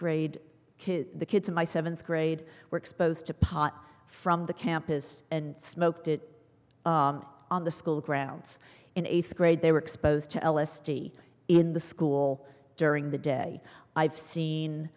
grade kids the kids in my seventh grade were exposed to pot from the campus and smoked it on the school grounds in eighth grade they were exposed to l s d in the school during the day i've seen